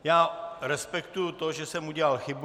Já respektuji to, že jsem udělal chybu.